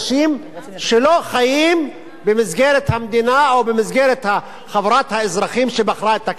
שלא חיים במסגרת המדינה או במסגרת חברת האזרחים שבחרה את הכנסת.